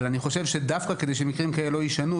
אבל אני חושב שדווקא כדי שמקרים כאלה לא יישנו,